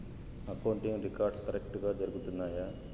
accounting records కరెక్టుగా జరుగుతున్నాయా